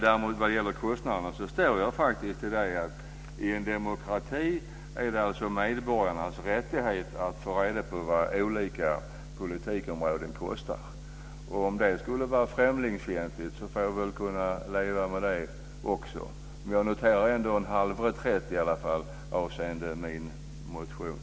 Däremot står jag faktiskt för att det i en demokrati är medborgarnas rättighet att få reda på vad olika politikområden kostar. Om det skulle vara främlingsfientligt får jag väl leva med det också. Jag noterar ändå en halv reträtt avseende min motion.